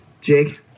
Jake